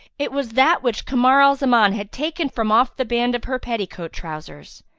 it was that which kamar al zaman had taken from off the band of her petticoat trousers.